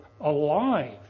alive